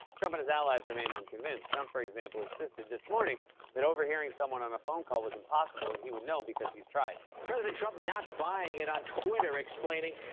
trump and his allies remain unconvinced. trump, for example, insisted this morning that overhearing someone on a phone call was impossible and he would know because he's tried. president trump not buying it on twitter, explaining,